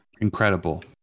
incredible